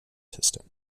system